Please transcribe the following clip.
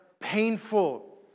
painful